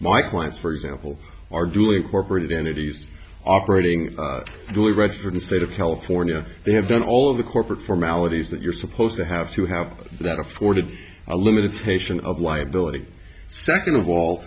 my clients for example are doing corporate entities operating duly registered state of california they have done all of the corporate formalities that you're supposed to have to have that afforded a limitation of liability second of all